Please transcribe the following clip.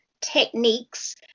techniques